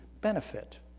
benefit